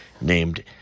named